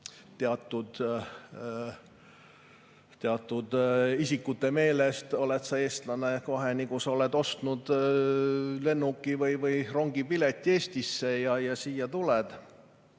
teatud isikute meelest [saavad] eestlased kohe, nii kui nad on ostnud lennuki- või rongipileti Eestisse ja siia tulnud.